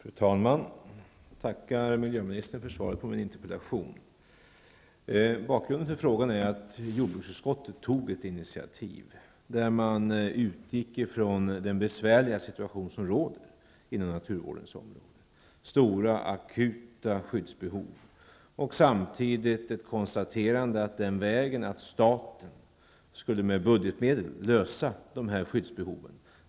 Fru talman! Jag tackar miljöministern för svaret på min interpellation. Bakgrunden till frågan är att jordbruksutskottet tog ett initiativ där man utgick ifrån den besvärliga situation som råder inom naturvårdens område. Det finns stora akuta skyddsbehov. Samtidigt konstaterar man att staten med budgetmedel skulle lösa skyddsbehoven.